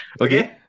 Okay